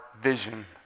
vision